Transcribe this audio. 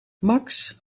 max